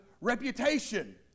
reputation